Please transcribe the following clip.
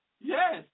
Yes